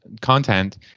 content